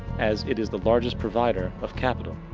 as it is the largest provider of capital.